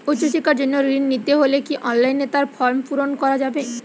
উচ্চশিক্ষার জন্য ঋণ নিতে হলে কি অনলাইনে তার ফর্ম পূরণ করা যাবে?